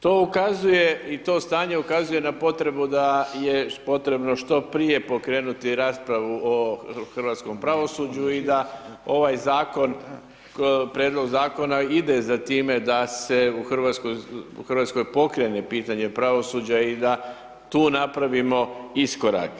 To ukazuje i to stanje ukazuje na potrebu da je potrebno što prije pokrenuti raspravu o hrvatskom pravosuđu i da ovaj zakon, prijedlog zakona ide za time da se u Hrvatskoj, u Hrvatskoj pokrene pitanje pravosuđa i da tu napravimo iskorak.